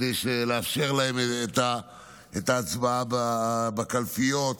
כדי לאפשר להם את ההצבעה בקלפיות.